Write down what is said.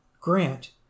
Grant